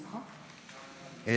בשמחה.